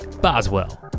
Boswell